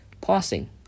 Pausing